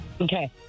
Okay